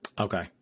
okay